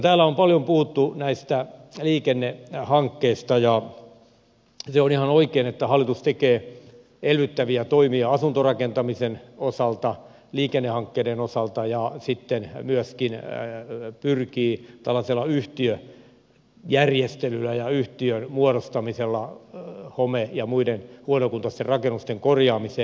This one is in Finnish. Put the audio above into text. täällä on paljon puhuttu näistä liikennehankkeista ja on ihan oikein että hallitus tekee elvyttäviä toimia asuntorakentamisen ja liikennehankkeiden osalta ja sitten myöskin pyrkii tällaisella yhtiöjärjestelyllä ja yhtiön muodostamisella home ja muiden huonokuntoisten rakennusten korjaamiseen